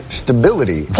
stability